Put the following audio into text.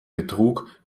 betrug